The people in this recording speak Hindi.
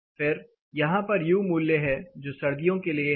फिर यहां पर यू मूल्य है जो सर्दियों के लिए है